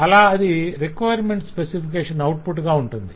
అలా అది requirements specification output గా ఉంటుంది